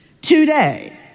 today